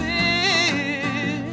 me